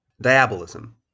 Diabolism